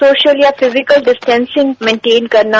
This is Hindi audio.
सोशल या फिजिकल डिस्टॅसिंग मेन्टेन करना